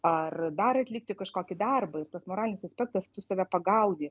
ar dar atlikti kažkokį darbą ir tas moralinis aspektas tu save pagauni